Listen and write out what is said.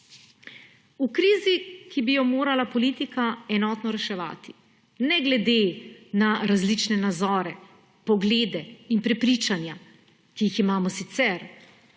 V krizi, ki bi jo morala politika enotno reševati, ne glede na različne nazore, poglede in prepričanja, ki jih imamo sicer.